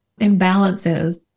imbalances